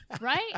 right